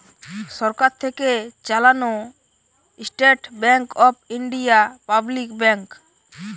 সরকার থেকে চালানো state bank of India public bank